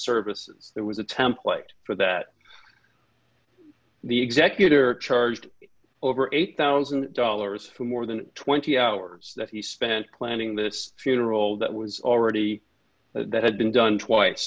service that was a template for that the executor charged over eight thousand dollars for more than twenty hours that he spent planning this funeral that was already that had been done twice